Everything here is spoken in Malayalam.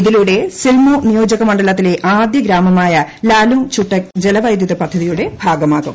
ഇതിലൂടെ സിൽമൂ നിയോജക മണ്ഡലത്തിലെ ആദ്യ ഗ്ലാമ്മായ ലാലുങ്ചുട്ടക്ക് ജലവൈദ്യുത പദ്ധതിയുടെ ഭാഗമാകും